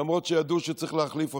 למרות שידעו שצריך להחליף אותו,